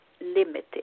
limited